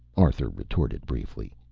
arthur retorted briefly.